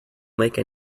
make